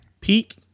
Peak